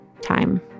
time